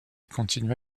continua